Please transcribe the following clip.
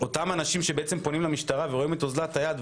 אותם אנשים שפונים למשטרה רואים את אוזלת היד,